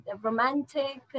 Romantic